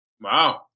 Wow